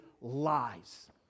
lies